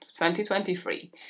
2023